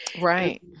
Right